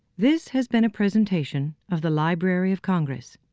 this has been a presentation of the library of congress.